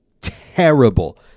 terrible